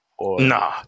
Nah